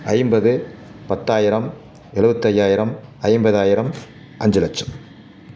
ஐம்பது பத்தாயிரம் எழுபத்து ஐயாயிரம் ஐம்பதாயிரம் அஞ்சு லட்சம்